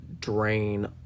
drain